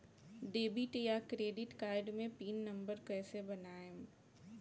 Debit या credit card मे pin number कैसे बनाएम?